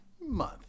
month